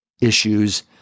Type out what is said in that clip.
issues